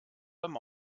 beim